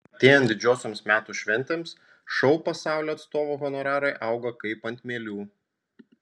artėjant didžiosioms metų šventėms šou pasaulio atstovų honorarai auga kaip ant mielių